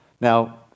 Now